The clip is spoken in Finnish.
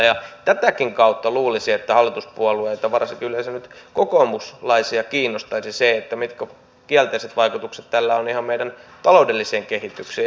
ja tätäkin kautta luulisi että hallituspuolueita varsinkin nyt kokoomuslaisia kiinnostaisi se mitkä kielteiset vaikutukset tällä on ihan meidän taloudelliseen kehitykseen